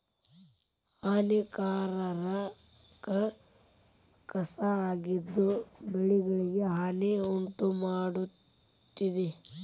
ಹಾನಿಕಾರಕ ಕಸಾ ಆಗಿದ್ದು ಬೆಳೆಗಳಿಗೆ ಹಾನಿ ಉಂಟಮಾಡ್ತತಿ